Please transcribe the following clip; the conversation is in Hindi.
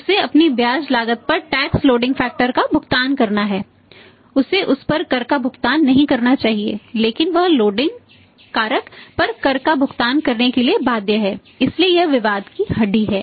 उसे उस पर कर का भुगतान नहीं करना चाहिए लेकिन वह लोडिंग कारक पर कर का भुगतान करने के लिए बाध्य है इसलिए यह विवाद की हड्डी है